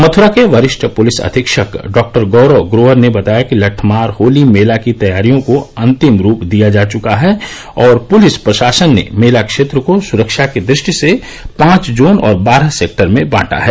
मथुरा के वरिष्ठ पुलिस अधीक्षक डॉक्टर गौरव ग्रोवर ने बताया कि लटठमार होली मेला की तैयारियों को अंतिम रूप दिया जा चुका है और पुलिस प्रशासन ने मेला क्षेत्र को सुरक्षा की दृष्टि से पांच जोन और बारह सेक्टर में बांटा है